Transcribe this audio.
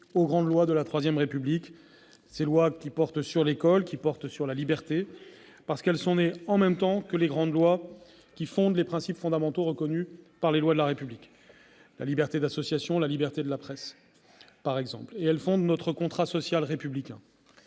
aux grandes lois de la Troisième République qui portent sur l'école et sur la liberté, car elles sont nées en même temps que les grandes lois qui fondent les principes fondamentaux reconnus par les lois de la République- la liberté d'association et la liberté de la presse, par exemple -et notre contrat social républicain.